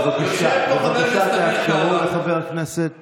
בבקשה, תאפשרו לחבר הכנסת קיש.